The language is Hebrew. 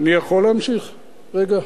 אני יכול להמשיך רגע?